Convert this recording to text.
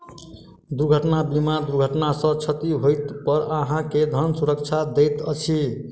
दुर्घटना बीमा दुर्घटना सॅ क्षति होइ पर अहाँ के धन सुरक्षा दैत अछि